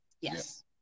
Yes